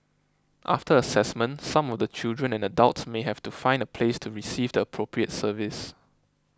after assessment some of the children and adults may have to find a place to receive the appropriate service